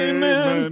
Amen